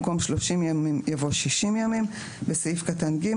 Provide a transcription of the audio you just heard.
במקום "שלושים ימים" יבוא "60 ימים"; (2)בסעיף קטן (ג),